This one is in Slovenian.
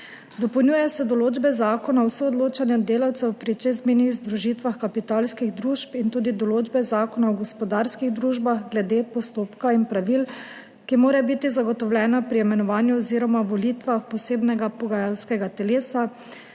Dopolnjuje se določbe Zakona o soodločanju delavcev pri čezmejnih združitvah kapitalskih družb in tudi določbe Zakona o gospodarskih družbah glede postopka in pravil, ki morajo biti zagotovljena pri imenovanju oziroma volitvah posebnega pogajalskega telesa,